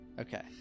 Okay